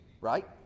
Right